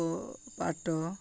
ପ ପାଠ